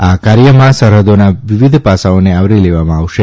આ કાર્યમાંસરહદભા વિવિધ પાસાઓને આવરી લેવામાં આવશે